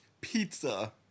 pizza